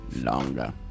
longer